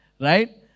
right